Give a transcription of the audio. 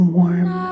warm